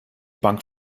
bank